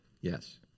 Yes